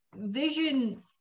vision